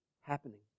happening